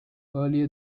earlier